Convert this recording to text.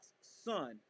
son